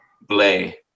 Blay